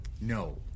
No